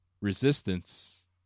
resistance